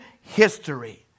history